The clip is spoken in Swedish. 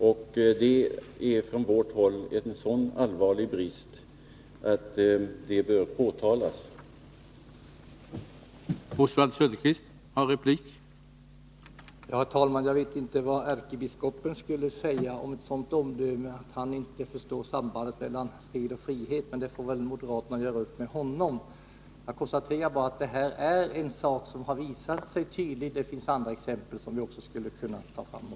För oss är detta en så allvarlig brist att den bör Onsdagen den